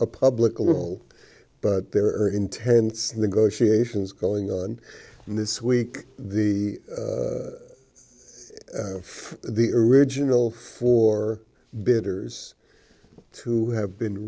a public a little but there are intense negotiations going on in this week the for the original for bidders who have been